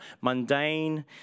mundane